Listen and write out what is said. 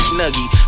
Snuggie